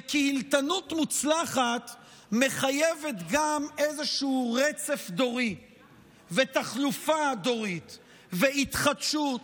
וקהילתנות מוצלחת מחייבת גם איזשהו רצף דורי ותחלופה דורית והתחדשות.